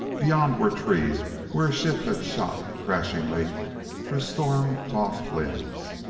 beyond were trees where a ship had shot crashingly through storm-tossed limbs.